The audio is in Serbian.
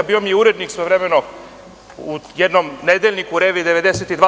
Bio mi je urednik svojevremeno u jednom nedeljniku „Revija 92“